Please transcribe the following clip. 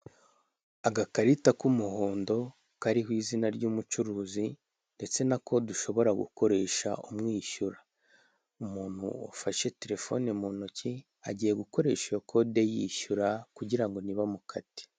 Agakarita k'umuhondo kariho izina ry'umucuruzi ndetse na kode dushobora gukoresha umwishyura, umuntu wafashe terefone mu ntoki, agiye gukoresha iyo kode yishyura kugira ngo ntibamukate.